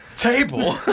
Table